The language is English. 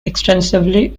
extensively